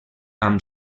amb